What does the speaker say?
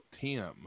Tim